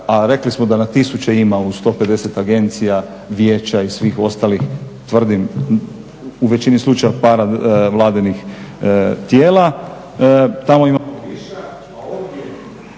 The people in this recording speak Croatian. a rekli smo da na tisuće ima u 150 agencija, vijeća i svih ostalih tvrdim u većini slučaja paravladinih tijela,